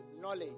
knowledge